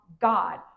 God